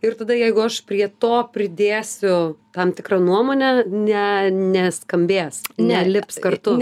ir tada jeigu aš prie to prisidėsiu tam tikrą nuomonę ne neskambės nelips kartu